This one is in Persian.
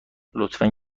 لطفا